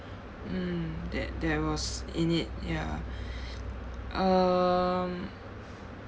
um that that was in it ya um